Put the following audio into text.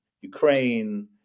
Ukraine